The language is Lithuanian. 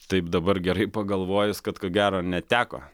taip dabar gerai pagalvojus kad ko gero neteko